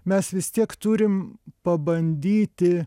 mes vis tiek turim pabandyti